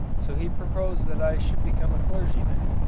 so he proposed that i should become a clergyman.